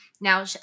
now